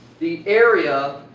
the area